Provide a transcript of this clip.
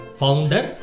founder